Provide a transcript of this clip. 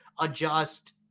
adjust